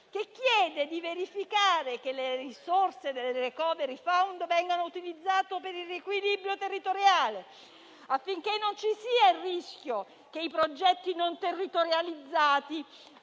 che chiede di verificare che le risorse del *recovery fund* vengano utilizzate per il riequilibrio territoriale, affinché non ci sia il rischio che i progetti non territorializzati